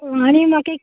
आनी म्हाका एक